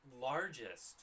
largest